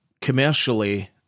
commercially